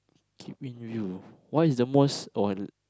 keep in view what is the most all